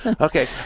Okay